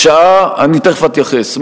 אני תיכף אתייחס.